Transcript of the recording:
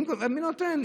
מי נותן?